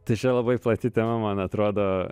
tai čia labai plati tema man atrodo